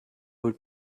would